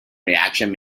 reaction